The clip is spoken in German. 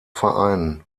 vereinen